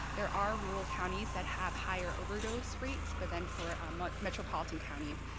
there are rural counties that have higher overdose rates but then for um ah metropolitan counties,